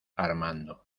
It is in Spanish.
armando